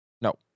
No